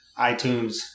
iTunes